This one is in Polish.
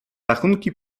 rachunki